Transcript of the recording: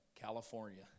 California